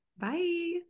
Bye